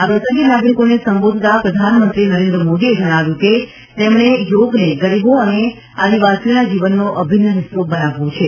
આ પ્રસંગે નાગરિકોને સંબોધતાં પ્રધાનમંત્રી નરેન્દ્ર મોદીએ જણાવ્યું હતું કે તેમણે યોગને ગરીબો અને આદિવાસીઓના જીવનનો અભિન્ન હિસ્સો બનાવવો છે